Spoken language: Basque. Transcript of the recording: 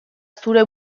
zeure